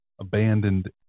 abandoned